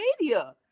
media